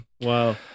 Wow